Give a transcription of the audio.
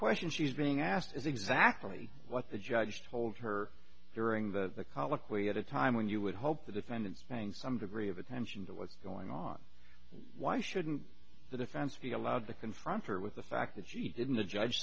question she's being asked is exactly what the judge told her during the colloquy at a time when you would hope the defendants paying some degree of attention to what's going on why shouldn't the defense be allowed to confront her with the fact that she didn't the judge